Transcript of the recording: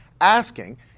asking